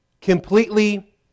Completely